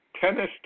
Tennis